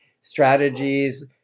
strategies